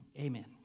Amen